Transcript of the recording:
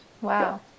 Wow